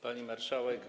Pani Marszałek!